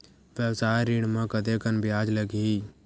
व्यवसाय ऋण म कतेकन ब्याज लगही?